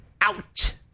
out